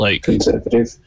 conservative